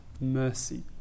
mercy